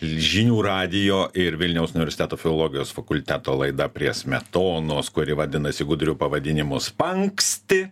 žinių radijo ir vilniaus universiteto filologijos fakulteto laida prie smetonos kuri vadinasi gudriu pavadinimu spangsti